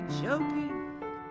joking